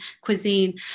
cuisine